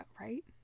right